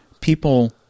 people